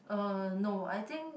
uh no I think